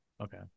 Okay